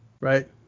right